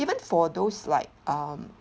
even for those like um